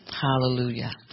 Hallelujah